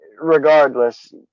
regardless